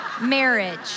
marriage